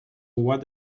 what